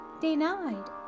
denied